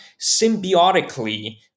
symbiotically